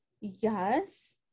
Yes